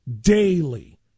daily